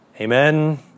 Amen